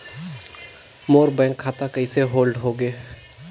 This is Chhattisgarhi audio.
मोर बैंक खाता कइसे होल्ड होगे?